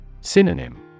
Synonym